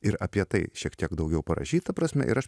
ir apie tai šiek tiek daugiau parašyt ta prasme ir aš